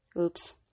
Oops